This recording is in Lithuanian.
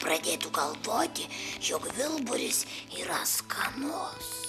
pradėtų galvoti jog vilburis yra skanus